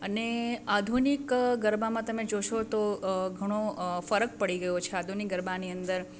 અને આધુનિક ગરબામાં તમે જોશો તો ઘણો ફરક પડી ગયો છે આધુનિક ગરબાની અંદર